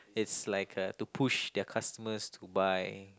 it's like uh to push their customers to buy